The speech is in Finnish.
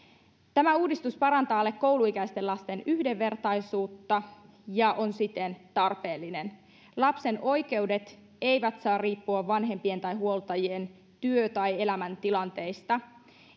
tämä uudistus parantaa alle kouluikäisten lasten yhdenvertaisuutta ja on siten tarpeellinen lapsen oikeudet eivät saa riippua vanhempien tai huoltajien työ tai elämäntilanteista